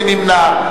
מי נמנע?